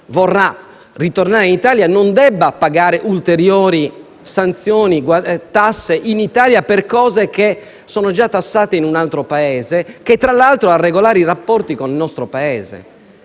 vorrà tornare in Italia, non debba pagare ulteriori sanzioni e tasse in Italia, per cose che sono già tassate in un altro Paese, che tra l'altro ha regolari rapporti con il nostro. Penso